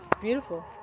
Beautiful